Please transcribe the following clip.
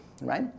right